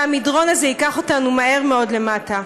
והמדרון הזה ייקח אותנו מהר מאוד למטה.